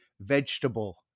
vegetable